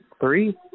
three